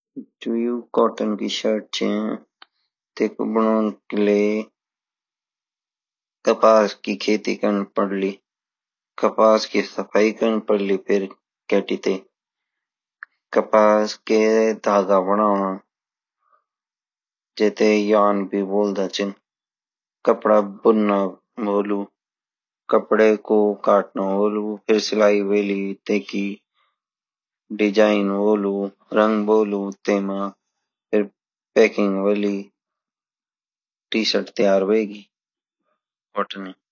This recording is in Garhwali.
जुयु कॉटन की शर्ट छे तेकू बनों के लिए कपास कि खेती करनी पडली कपास की सफाई करनी पडली फिर काटी ते कपास का धागा बनों जेते बोल्दा छी कपडा बुनने वोलु कपडे को काट्नु वोलु फिर सिलाई हुइली तेखि डिज़ाइन होलु रंग होलु तेमा फिर पैकिंग होली टीशर्ट तैयार छुएगी कोटोंए